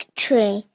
tree